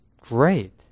great